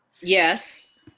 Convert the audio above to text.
Yes